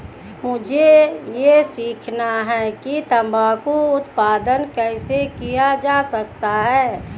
मुझे यह सीखना है कि तंबाकू उत्पादन कैसे किया जा सकता है?